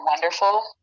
wonderful